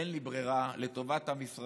אין לי ברירה, לטובת עם ישראל